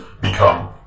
become